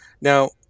Now